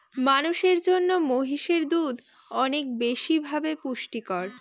মানুষের জন্য মহিষের দুধ অনেক বেশি ভাবে পুষ্টিকর